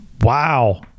wow